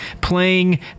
playing